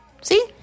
See